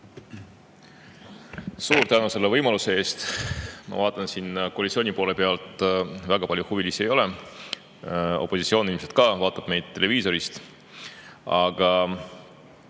Suur tänu selle võimaluse eest! Ma vaatan, et koalitsiooni poole pealt siin väga palju huvilisi ei ole. Opositsioon ilmselt ka vaatab meid televiisorist. Aga